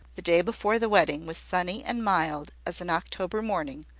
the day before the wedding was sunny and mild as an october morning,